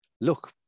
look